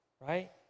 right